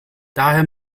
daher